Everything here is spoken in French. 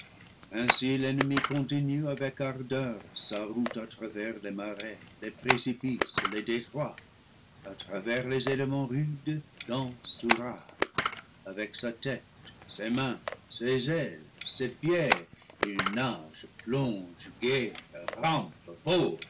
ainsi l'ennemi continue avec ardeur sa route à travers les marais les précipices les détroits à travers les éléments rudes denses ou rares avec sa tète ses mains ses ailes ses pieds il nage plonge guée rampe